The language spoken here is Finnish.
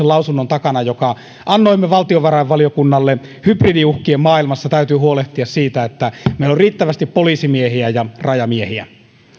lausunnon takana jonka annoimme valtiovarainvaliokunnalle hybridiuhkien maailmassa täytyy huolehtia siitä että meillä on riittävästi poliisimiehiä ja rajamiehiä